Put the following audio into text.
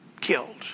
killed